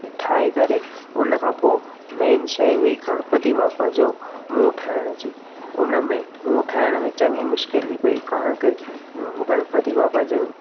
ठाहे करे उनखां पोइ मेन शइ हुई गणपती बापा जो मुंहुं ठाहिण जी हुन में मुंहुं ठाहिण में चङी मुश्किली पेई कारण के गणपती बापा जो